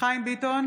חיים ביטון